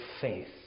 faith